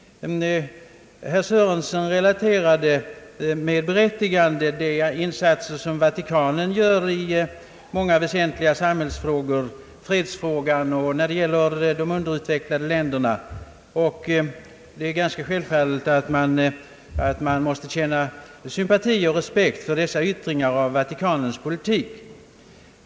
Herr Sörenson relaterade med berättigande de insatser Vatikanstaten gör i många väsentliga samhällsfrågor, fredsfrågan och när det gäller de underutvecklade länderna. Det är självklart att man kan känna sympati och respekt för dessa yttringar av Vatikanens politik.